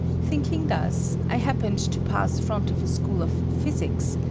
thinking thus, i happened to pass front of a school of physics,